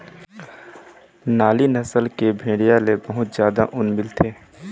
नाली नसल के भेड़िया ले बहुत जादा ऊन मिलथे